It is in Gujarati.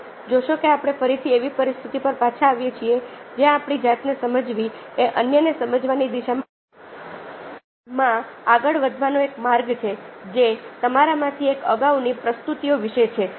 તમે જોશો કે આપણે ફરીથી એવી પરિસ્થિતિ પર પાછા આવીએ છીએ જ્યાં આપણી જાતને સમજવી એ અન્યને સમજવાની દિશામાં આગળ વધવાનો એક માર્ગ છે જે તમારામાંની એક અગાઉની પ્રસ્તુતિઓ વિશે છે